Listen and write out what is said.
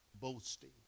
boasting